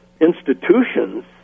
institutions